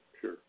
Sure